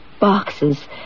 boxes